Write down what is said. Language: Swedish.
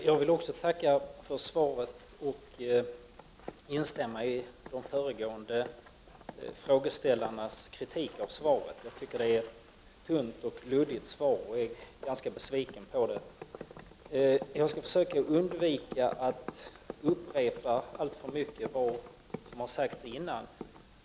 Herr talman! Också jag vill tacka för svaret och instämmer i de föregående frågeställarnas kritik av svaret. Jag tycker att det är ett tunt och luddigt svar, och jag är ganska besviken på det. Jag skall försöka undvika att upprepa alltför mycket av vad som har sagts tidigare.